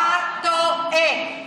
אתה טועה.